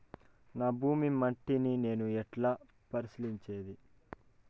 నా భూమి మట్టిని నేను ఎట్లా పరీక్షించేది?